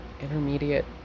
intermediate